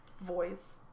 voice